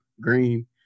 green